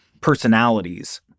personalities